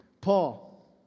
Paul